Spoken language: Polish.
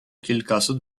kilkaset